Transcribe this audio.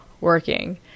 working